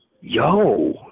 Yo